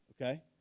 Okay